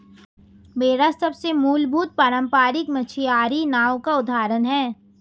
बेड़ा सबसे मूलभूत पारम्परिक मछियारी नाव का उदाहरण है